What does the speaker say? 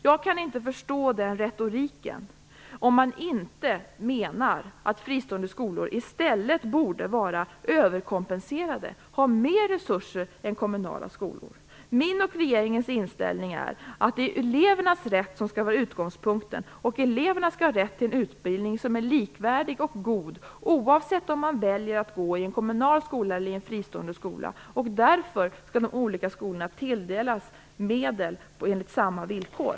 Jag kan inte förstå den retoriken, om man inte menar att fristående skolor i stället borde vara överkompenserade och ha mer resurser än kommunala skolor. Min och regeringens inställning är att det är elevernas rätt som skall vara utgångspunkten. Eleverna skall ha rätt till utbildning som är likvärdig och god, oavsett om de väljer att gå i en kommunal skola eller i en fristående skola, och därför skall de olika skolorna tilldelas medel enligt samma villkor.